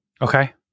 Okay